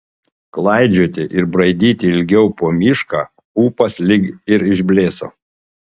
klaidžioti ir braidyti ilgiau po mišką ūpas lyg ir išblėso